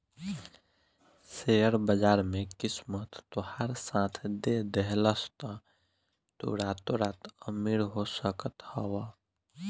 share बाजार में किस्मत तोहार साथ दे देहलस तअ तू रातो रात अमीर हो सकत हवअ